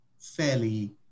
fairly